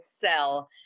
sell